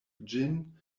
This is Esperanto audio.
ĝin